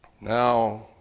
Now